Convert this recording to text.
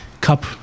cup